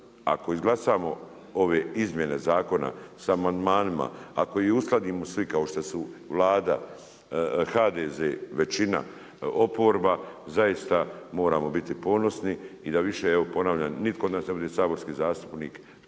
ako izglasamo ove izmjene zakona sa amandmanima, ako ih uskladimo svi kao što su Vlada, HDZ, većina, oporba zaista moramo biti ponosni i da više evo ponavljam nitko od nas ne bude saborski zastupnik